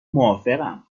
موافقم